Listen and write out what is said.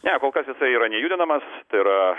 ne kol kas jisai yra nejudinamas tai yra